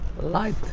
light